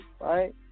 right